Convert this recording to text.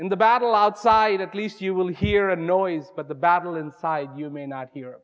in the battle outside at least you will hear a noise but the battle inside you may not hear